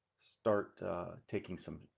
start taking some,